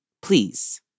please